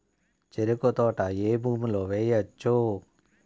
చెరుకు తోట ఏ భూమిలో వేయవచ్చు?